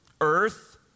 Earth